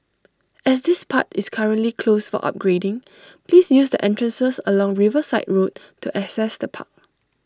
as this part is currently closed for upgrading please use the entrances along Riverside road to access the park